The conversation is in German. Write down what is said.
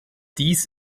dies